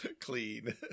clean